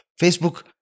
Facebook